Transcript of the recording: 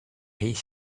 his